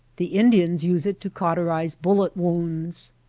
the indians use it to cauterize bullet wounds.